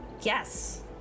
Yes